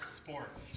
sports